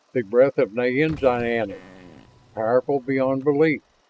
the breath of naye'nezyani powerful beyond belief!